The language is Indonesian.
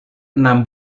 enam